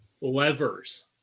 levers